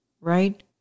right